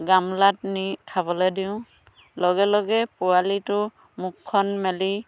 গামলাত নি খাবলে দিওঁ লগে লগে পোৱালিটো মুখখন মেলি